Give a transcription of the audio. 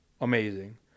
amazing